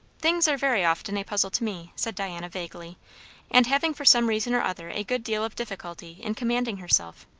things are very often a puzzle to me, said diana vaguely and having for some reason or other a good deal of difficulty in commanding herself.